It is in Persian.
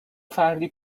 فردی